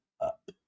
up